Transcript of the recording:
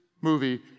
movie